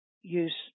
use